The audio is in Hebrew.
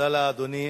תודה לאדוני.